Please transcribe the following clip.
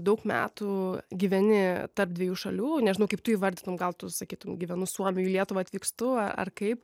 daug metų gyveni tarp dviejų šalių nežinau kaip tu įvardytum gal tu sakytum gyvenu suomijoj į lietuvą atvykstu ar kaip